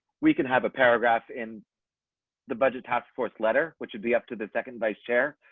we can have a paragraph in the budget top sports letter, which would be up to the second vice chair,